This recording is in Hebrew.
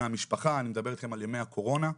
אני מדבר איתכם על ימי הקורונה,